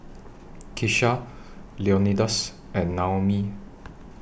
Kisha Leonidas and Naomi